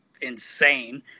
insane